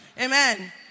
Amen